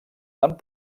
tant